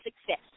success